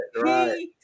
right